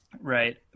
Right